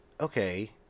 okay